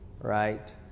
right